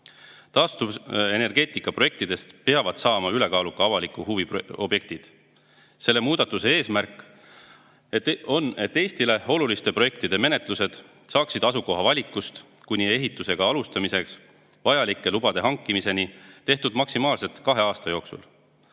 Taastuvenergeetika projektidest peavad saama ülekaaluka avaliku huvi objektid. Selle muudatuse eesmärk on, et Eestile oluliste projektide menetlus saaks asukoha valimisest kuni ehituse alustamiseks vajalike lubade hankimiseni tehtud maksimaalselt kahe aasta jooksul.